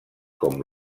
com